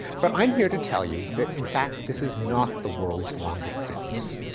but i'm here to tell you that in fact, this is not the world's longest sentence.